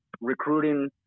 recruiting